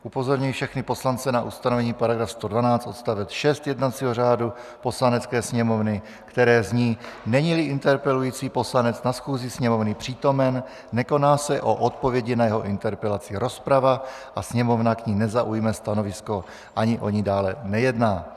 Upozorňuji všechny poslance na ustanovení § 112 odst. 6 jednacího řádu Poslanecké sněmovny, které zní: Neníli interpelující poslanec na schůzi Sněmovny přítomen, nekoná se o odpovědi na jeho interpelaci rozprava a Sněmovna k ní nezaujme stanovisko ani o ní dále nejedná.